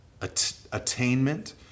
attainment